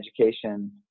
education